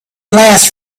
last